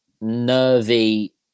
nervy